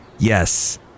Yes